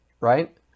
right